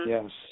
Yes